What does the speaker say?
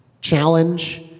challenge